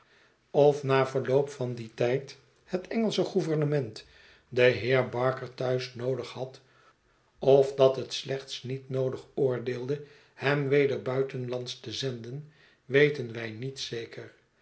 of na verloop van dien tijd het engelsche gouvernement den heer barker thuis noodig had of dat het slechts niet noodig oordeelde hem weder buitenslands te zenden weten wij niet zeker